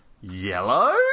yellow